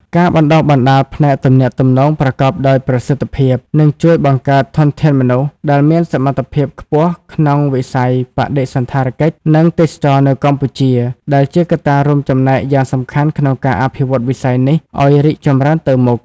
ការបណ្តុះបណ្តាលផ្នែកទំនាក់ទំនងប្រកបដោយប្រសិទ្ធភាពនឹងជួយបង្កើតធនធានមនុស្សដែលមានសមត្ថភាពខ្ពស់ក្នុងវិស័យបដិសណ្ឋារកិច្ច និងទេសចរណ៍នៅកម្ពុជា ដែលជាកត្តារួមចំណែកយ៉ាងសំខាន់ក្នុងការអភិវឌ្ឍវិស័យនេះ ឱ្យរីកចម្រើនទៅមុខ។